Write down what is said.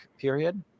period